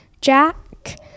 Jack